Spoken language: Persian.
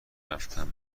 رفتن